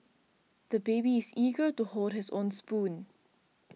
the baby is eager to hold his own spoon